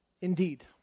indeed